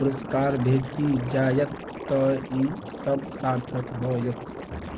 पुरस्कार भेटि जायत तऽ ई सब सार्थक होयत